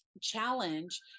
challenge